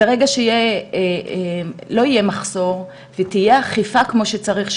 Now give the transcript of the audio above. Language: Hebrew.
ברגע שלא יהיה מחסור ותהיה אכיפה כמו שצריך,